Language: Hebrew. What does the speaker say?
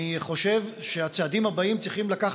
אני חושב שהצעדים הבאים צריכים להביא